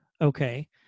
okay